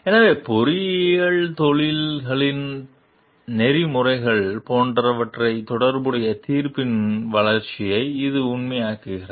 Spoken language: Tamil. எனவே பொறியியலில் தொழில்களின் நெறிமுறைகள் போன்றவை தொடர்புடைய தீர்ப்பின் வளர்ச்சியை இது உருவாக்குகிறது